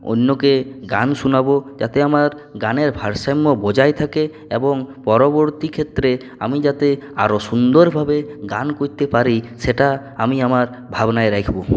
অন্যকে গান শোনাবো যাতে আমার গানের ভারসাম্য বজায় থাকে এবং পরবর্তী ক্ষেত্রে আমি যাতে আরো সুন্দরভাবে গান করতে পারি সেটা আমি আমার ভাবনায় রাখবো